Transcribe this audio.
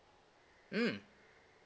mm